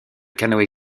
canoë